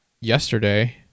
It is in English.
yesterday